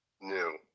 new